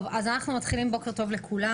אני רק אציין שכרגע הגענו מהממשלה.